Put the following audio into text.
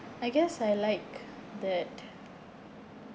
I guess I like that